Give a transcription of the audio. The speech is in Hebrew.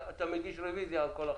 אני מבין את הקושי.